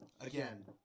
Again